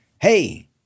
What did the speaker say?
Hey